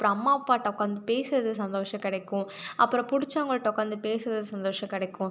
அப்புறம் அம்மா அப்பாட்ட உட்காந்து பேசுகிறது சந்தோஷம் கிடைக்கும் அப்புறம் பிடிச்சவங்கள்ட்ட உட்காந்து பேசுகிறது சந்தோஷம் கிடைக்கும்